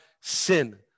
sin